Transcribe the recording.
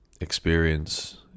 experience